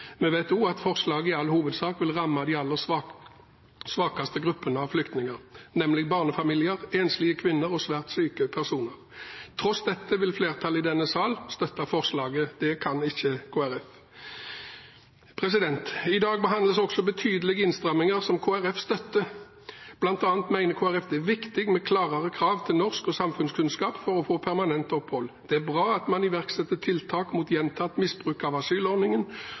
Vi vet også at forslaget i all hovedsak vil ramme de aller svakeste gruppene av flyktninger: barnefamilier, enslige kvinner og svært syke personer. Tross dette vil flertallet i denne sal støtte forslaget. Det kan ikke Kristelig Folkeparti. I dag behandles også betydelige innstramminger som Kristelig Folkeparti støtter. Blant annet mener Kristelig Folkeparti at det er viktig med klarere krav til norsk- og samfunnskunnskap for å få permanent opphold. Det er bra at man iverksetter tiltak mot gjentatt misbruk av asylordningen,